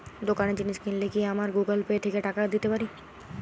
দোকানে জিনিস কিনলে কি আমার গুগল পে থেকে টাকা দিতে পারি?